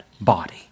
body